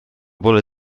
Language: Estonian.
pole